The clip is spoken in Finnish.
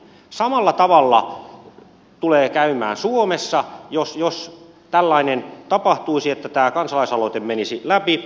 samalla tavalla tulee käymään suomessa jos tällainen tapahtuisi että tämä kansalaisaloite menisi läpi